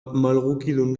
malgukidun